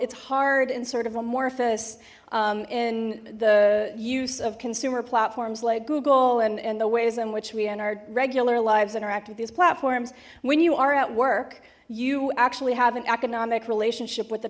it's hard in sort of amorphous in the use of consumer platforms like google and in the ways in which we in our regular lives interact with these platforms when you are at work you actually have an economic relationship with the